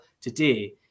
today